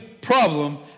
problem